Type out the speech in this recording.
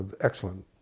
excellent